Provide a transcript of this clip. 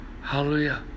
Hallelujah